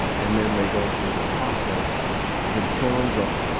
and then they go through the process in terms of